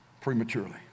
prematurely